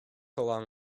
along